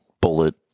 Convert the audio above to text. bullet